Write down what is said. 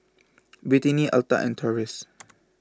Britany Altha and Taurus